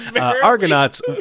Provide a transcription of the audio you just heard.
Argonauts